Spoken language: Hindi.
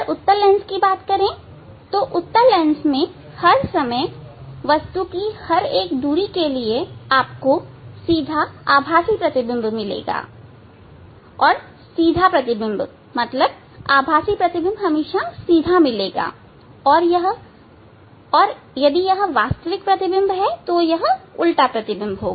उत्तल लेंस में हर समय वस्तु की हर एक दूरी के लिएआपको सीधा आभासी प्रतिबिंब मिलेगा और सीधा प्रतिबिंब मतलब आभासी प्रतिबिंब हमेशा सीधा मिलेगा और यदि यह वास्तविक प्रतिबिंब है तो उल्टा प्रतिबिंब होगा